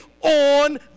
on